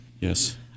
Yes